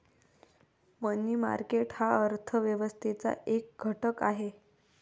मनी market हा अर्थ व्यवस्थेचा एक घटक आहे